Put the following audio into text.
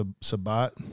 Sabat